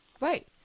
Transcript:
Right